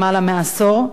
למעלה מעשור,